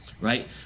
right